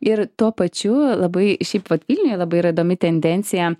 ir tuo pačiu labai šiaip vat vilniuj labai yra įdomi tendencija